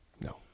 No